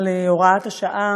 על הוראת השעה